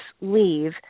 leave